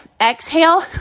exhale